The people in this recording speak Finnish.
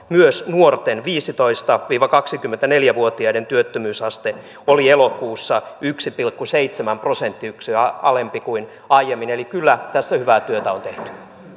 myös nuorten viisitoista viiva kaksikymmentäneljä vuotiaiden työttömyysaste oli elokuussa yksi pilkku seitsemän prosenttiyksikköä alempi kuin aiemmin eli kyllä tässä hyvää työtä on tehty